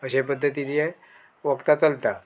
अशें पद्दतीचे वखदां चलता